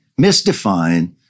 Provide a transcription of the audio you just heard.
misdefine